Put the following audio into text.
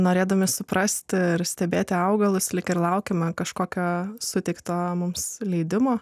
norėdami suprasti ir stebėti augalus lyg ir laukiama kažkokio suteikto mums leidimo